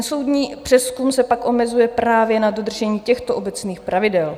Soudní přezkum se pak omezuje právě na dodržení těchto obecných pravidel.